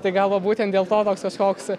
tai gal va būtent dėl to toks kažkoks